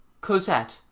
Cosette